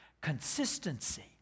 Consistency